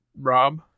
Rob